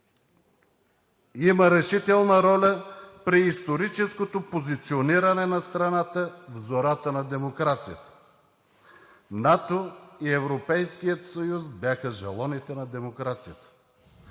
има решителна роля при историческото позициониране на страната в зората на демокрацията! НАТО и Европейският съюз бяха жалоните на демокрацията.